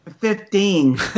Fifteen